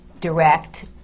direct